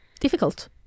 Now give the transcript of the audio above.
difficult